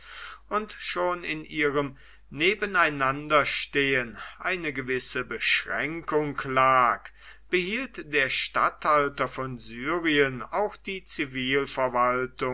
und schon in ihrem nebeneinanderstehen eine gewisse beschränkung lag behielt der statthalter von syrien auch die